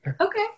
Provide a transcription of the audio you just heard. okay